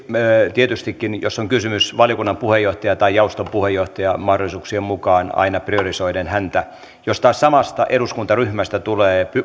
tietystikin jos on kysymys valiokunnan puheenjohtajasta tai jaoston puheenjohtajasta mahdollisuuksien mukaan aina priorisoiden häntä jos taas samasta eduskuntaryhmästä tulee